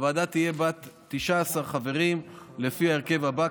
הוועדה תהיה בת 19 חברים לפי ההרכב הבא,